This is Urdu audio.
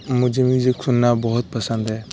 مجھے میوزک سننا بہت پسند ہے